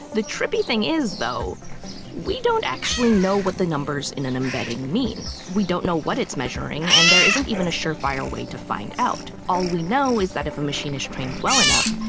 the trippy thing is though we don't actually know what the numbers in an embedding mean. we don't know what it's measuring, and there isn't even a surefire way to find out. all we know is that if a machine is trained well enough,